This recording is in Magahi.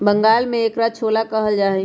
बंगाल में एकरा छोला कहल जाहई